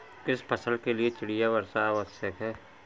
किस फसल के लिए चिड़िया वर्षा आवश्यक है?